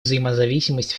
взаимозависимость